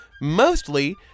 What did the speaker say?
Mostly